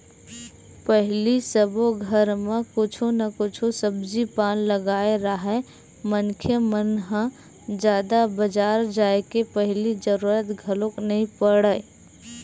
पहिली सबे घर म कुछु न कुछु सब्जी पान लगाए राहय मनखे मन ह जादा बजार जाय के पहिली जरुरत घलोक नइ पड़य